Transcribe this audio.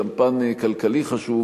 גם פן כלכלי חשוב,